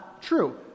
True